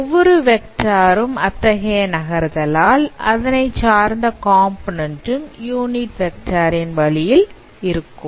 ஒவ்வொரு வெக்டார் ம் அத்தகைய நகர்தலால் அதனைச் சார்ந்த காம்போநன்ண்ட் ம் யூனிட்வெக்டார்ன் வழியில் இருக்கும்